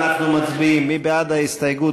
של חברי הכנסת זוהיר בהלול,